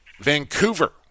Vancouver